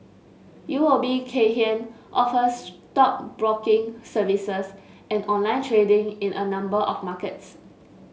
U O B Kay Hian offers stockbroking services and online trading in a number of markets